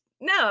no